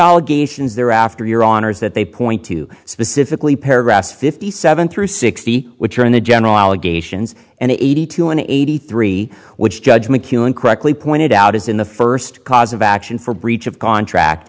allegations thereafter your honour's that they point to specifically paragraphs fifty seven through sixty which are in the general allegations and eighty two and eighty three which judge mckeown correctly pointed out is in the first cause of action for breach of contract